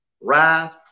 wrath